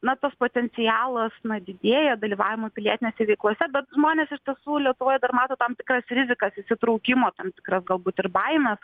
na tas potencialas na didėja dalyvavimas pilietinėse veiklose bet žmonės iš tiesų lietuvoje dar mato tam tikras rizikas įsitraukimo tam tikras galbūt ir baimes